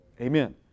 Amen